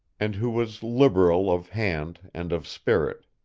and who was liberal of hand and of spirit.